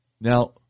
Now